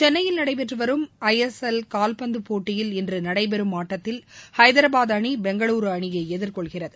சென்னையில் நடைபெற்று வரும் ஐ எஸ் எல் கால்பந்து போட்டியில் இன்று நடைபெறும் ஆட்டத்தில் ஐதராபாத் அணி பெங்களுரு அணியை எதிர்கொள்கிறது